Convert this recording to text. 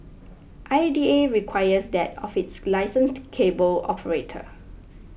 I D A requires that of its licensed cable operator